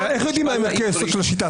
--- איך יודעים מה הם ערכי היסוד של השיטה?